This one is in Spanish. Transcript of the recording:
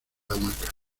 hamaca